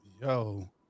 Yo